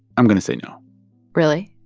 i'm going to say no really?